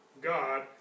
God